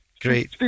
great